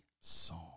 song